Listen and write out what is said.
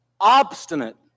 obstinate